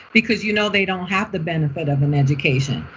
because you know they don't have the benefit of an education.